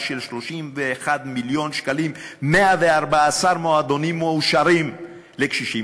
של 31 מיליון שקלים 114 מועדונים מאושרים לקשישים,